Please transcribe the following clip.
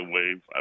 Wave